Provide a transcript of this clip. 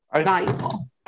valuable